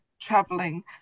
traveling